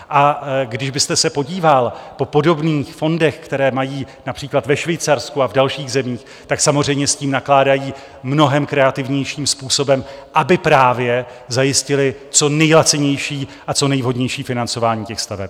A kdybyste se podíval po podobných fondech, které mají například ve Švýcarsku a v dalších zemích, tak samozřejmě s tím nakládají mnohem kreativnějším způsobem, aby právě zajistili co nejlacinější a co nejvhodnější financování těch staveb.